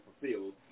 fulfilled